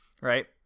Right